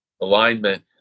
alignment